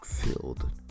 filled